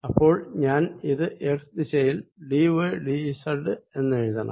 അപ്പോൾ ഞാൻ ഇത് എക്സ് ദിശയിൽ ഡി വൈ ഡി സെഡ് എന്നെഴുതണം